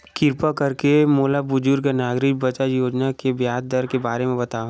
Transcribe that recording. किरपा करके मोला बुजुर्ग नागरिक बचत योजना के ब्याज दर के बारे मा बतावव